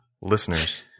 Listeners